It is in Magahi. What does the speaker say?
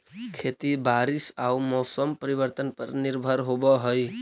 खेती बारिश आऊ मौसम परिवर्तन पर निर्भर होव हई